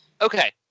okay